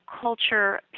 culture